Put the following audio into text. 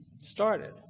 started